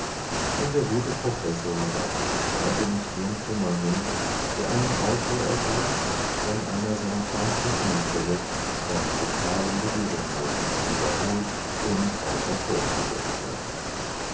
und der gute professor gab sich schweigend dem kummer hin der einen autor ergreift wenn einer seiner feinsten einfälle von brutalen begebenheiten überholt und außer kurs gesetzt wird